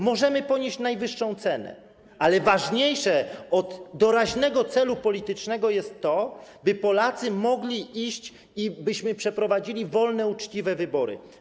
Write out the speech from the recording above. Możemy ponieść najwyższą cenę, ale ważniejsze od doraźnego celu politycznego jest to, by Polacy mogli pójść do wyborów i byśmy przeprowadzili wolne i uczciwe wybory.